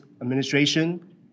administration